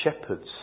shepherds